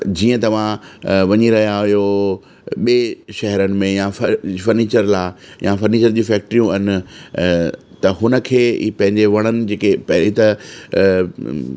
जीअं तव्हां वञी रहिया आहियो ॿिए शहरनि में या फर फर्नीचर लाइ या फर्नीचर जूं फैक्टरयूं आहिनि त हुनखे पंहिंजे वणनि जेके पहिरीं त